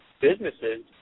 businesses